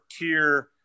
tier